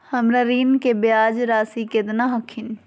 हमर ऋण के ब्याज रासी केतना हखिन?